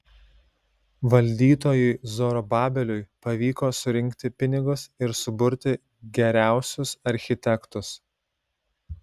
valdytojui zorobabeliui pavyko surinkti pinigus ir suburti geriausius architektus